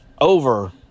over